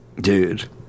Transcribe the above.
dude